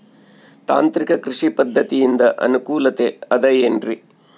ತಾಂತ್ರಿಕ ಕೃಷಿ ಪದ್ಧತಿಯಿಂದ ಅನುಕೂಲತೆ ಅದ ಏನ್ರಿ?